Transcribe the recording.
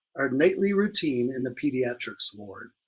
our nightly routine in the pediatrics ward.